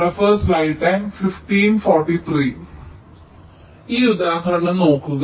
അതിനാൽ ഈ ഉദാഹരണം നോക്കുക